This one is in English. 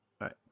Right